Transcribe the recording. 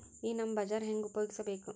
ಈ ನಮ್ ಬಜಾರ ಹೆಂಗ ಉಪಯೋಗಿಸಬೇಕು?